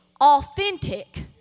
Authentic